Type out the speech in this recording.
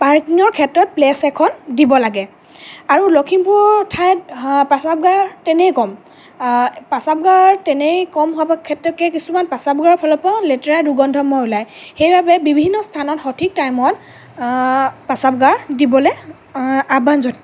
পাৰ্কিঙৰ ক্ষেত্ৰত প্লেচ এখন দিব লাগে আৰু লখিমপুৰ ঠাইত প্ৰস্ৰাৱগাৰ তেনেই কম প্ৰস্ৰাৱগাৰৰ তেনেই কম হ'বৰ ক্ষেত্ৰত কেই কিছুমান প্ৰস্ৰাৱগাৰৰ ফালৰ পৰাও লেতেৰা দুৰ্গন্ধ ওলায় সেইবাবে বিভিন্ন স্থানত সঠিক টাইমত প্ৰস্ৰাৱগাৰ দিবলে আহ্বান জন